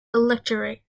electorate